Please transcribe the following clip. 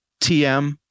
TM